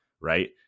right